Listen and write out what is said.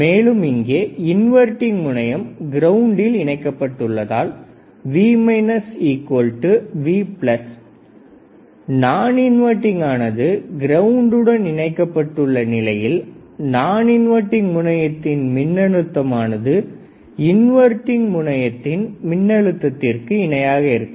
மேலும் இங்கே இன்வர்டிங் முனையம் கிரௌண்டில் இணைக்கப் பட்டுள்ளதால் V V நான் இன்வர்டிங் ஆனது கிரௌண்ட்டுடன் இணைக்கப்பட்டுள்ள நிலையில் நான் இன்வர்டிங் முனையத்தின் மின்னழுத்தம் ஆனது இன்வர்டிங் முனையத்தின் மின்னழுத்தத்திற்கு இணையாக இருக்கும்